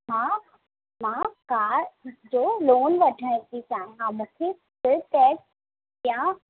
हा मां कार जो लोन वठण थी चाहियां मूंखे सिर्फ़ कैश या